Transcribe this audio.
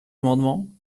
amendement